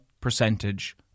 percentage